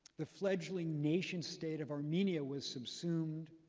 the fledgling nation state of armenia was subsumed.